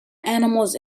animals